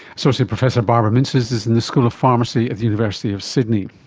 associate professor barbara mintzes is in the school of pharmacy at the university of sydney